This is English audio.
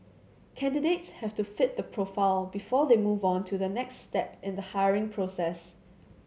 candidates have to fit the profile before they move on to the next step in the hiring process